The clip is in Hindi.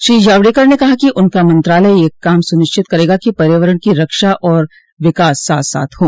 श्री जावड़ेकर ने कहा कि उनका मंत्रालय यह सुनिश्चित करेगा कि पर्यावरण की रक्षा और विकास साथ साथ हों